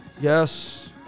Yes